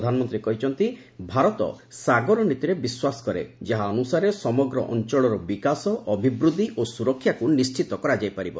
ପ୍ରଧାନମନ୍ତ୍ରୀ କହିଛନ୍ତି ଭାରତ 'ସାଗର ନୀତି'ରେ ବିଶ୍ୱାସ କରେ ଯାହା ଅନୁସାରେ ସମଗ୍ର ଅଞ୍ଚଳର ବିକାଶ ଅଭିବୃଦ୍ଧି ଓ ସୁରକ୍ଷାକୁ ନିର୍ଣିତ କରାଯାଇ ପାରିବ